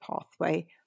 pathway